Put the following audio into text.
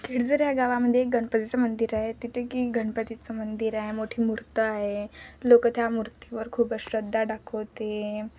खेडजर ह्या गावामध्ये एक गणपतीचं मंदिर आहे तिथे की गणपतीचं मंदिर आहे मोठी मूर्त आहे लोकं त्या मूर्तीवर खूपच श्रध्दा दाखवते